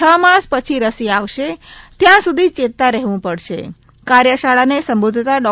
છ માસ પછી રસી આવશે ત્યાં સુધી ચેતતા રહેવું પડશે કાર્યશાળાને સંબોધતા ડો